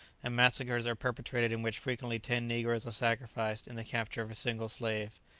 and massacres are perpetrated in which frequently ten negroes are sacrificed in the capture of a single slave.